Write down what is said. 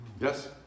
Yes